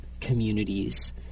communities